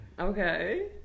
Okay